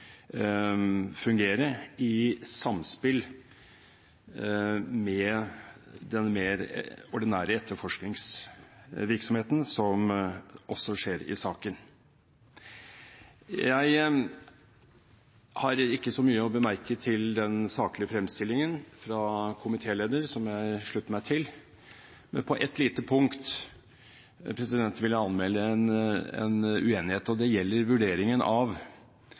fungere i samspill med den mer ordinære etterforskingsvirksomheten som også skjer i saken. Jeg har ikke så mye å bemerke til den saklige fremstillingen fra komitélederen, som jeg slutter meg til, men på ett lite punkt vil jeg anmelde en uenighet, og det gjelder vurderingen av